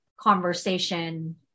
conversation